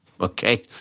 Okay